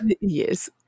Yes